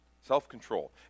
Self-control